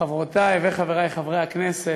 חברותי וחברי חברי הכנסת,